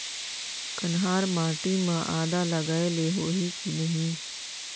कन्हार माटी म आदा लगाए ले होही की नहीं?